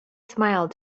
smiled